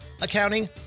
accounting